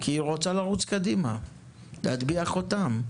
כי היא רוצה לרוץ קדימה, להטביע חותם.